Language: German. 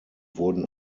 wurden